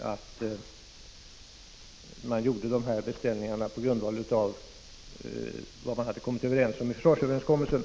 att beställningarna gjordes på grundval av vad som slagits fast i försvarsöverenskommelsen.